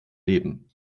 leben